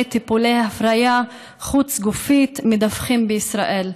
טיפולי הפריה חוץ-גופית מדווחים בישראל.